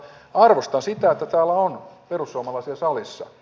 arvostan sitä että täällä on perussuomalaisia salissa